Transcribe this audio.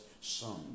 son